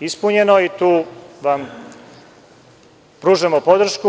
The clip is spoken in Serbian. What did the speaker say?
ispunjeno i tu vam pružamo podršku.